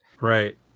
Right